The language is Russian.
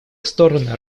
стороны